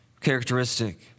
characteristic